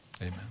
amen